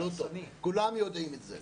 כולם יודעים את זה,